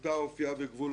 אופייה וגבולותיה.